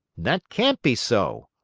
that can't be so,